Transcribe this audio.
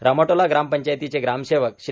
रामाटोला ग्राम पंचायतीचे ग्रामसेवक श्री